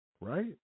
right